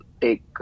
take –